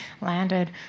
landed